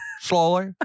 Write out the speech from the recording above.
slowly